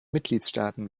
mitgliedstaaten